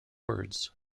words